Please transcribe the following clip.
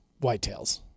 whitetails